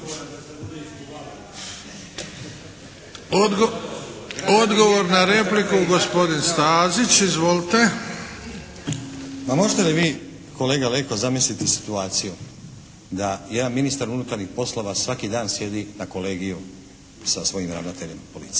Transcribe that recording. Odgovor na repliku gospodin Stazić. Izvolite. **Stazić, Nenad (SDP)** Pa možete li vi kolega Leko zamisliti situaciju da jedan ministar unutarnjih poslova svaki dan sjedi na kolegiju sa svojim ravnateljem policije.